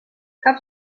cap